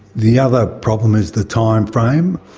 the other problem is the time frame.